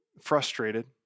frustrated